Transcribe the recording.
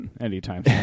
anytime